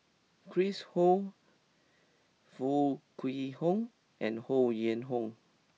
Chris Ho Foo Kwee Horng and Ho Yuen Hoe